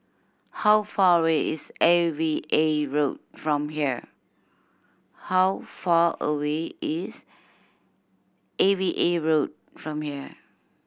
how far away is A V A Road from here how far away is A V A Road from here